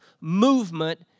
movement